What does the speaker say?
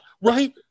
right